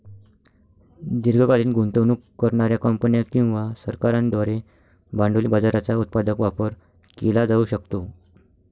दीर्घकालीन गुंतवणूक करणार्या कंपन्या किंवा सरकारांद्वारे भांडवली बाजाराचा उत्पादक वापर केला जाऊ शकतो